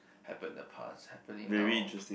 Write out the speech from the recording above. happened in the past happening now